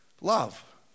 Love